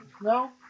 no